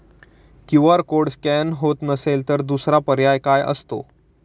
QR code scan होत नसेल तर दुसरा पर्याय काय असतो?